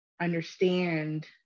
understand